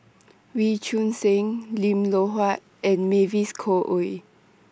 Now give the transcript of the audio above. Wee Choon Seng Lim Loh Huat and Mavis Khoo Oei